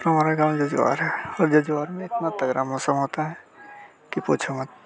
हमारा गाँव जज्वार है और जज्वार में इतना तगड़ा मौसम होता है कि पूछो मत